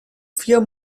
vier